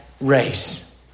race